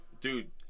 Dude